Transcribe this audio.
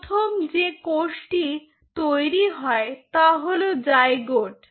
প্রথম যে কোষটি তৈরি হয় তা হলো জাইগোট